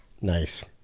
Nice